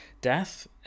death